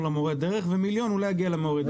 למורי דרך ואולי 1,000,000 ₪ יגיע למורי הדרך.